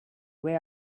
way